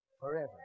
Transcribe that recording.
forever